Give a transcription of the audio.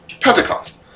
Pentecost